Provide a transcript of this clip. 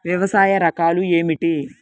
వ్యవసాయ రకాలు ఏమిటి?